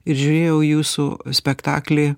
ir žiūrėjau jūsų spektaklį